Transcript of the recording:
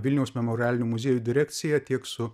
vilniaus memorialinių muziejų direkcija tiek su